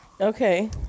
Okay